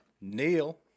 neil